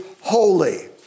holy